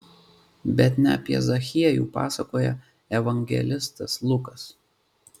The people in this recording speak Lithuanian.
bet ne apie zachiejų pasakoja evangelistas lukas